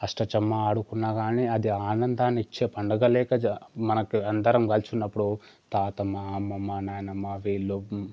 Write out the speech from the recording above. అష్టాచెమ్మా ఆడుకున్నా కానీ అది ఆనందాన్నిచ్చే పండగ లేక జా మనకు అందరం కలిసి ఉన్నపుడు తాతమ్మ అమ్మమ్మ నాయనమ్మ వీళ్ళు